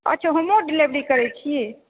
अच्छा home delivery करैत छी